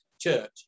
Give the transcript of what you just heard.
church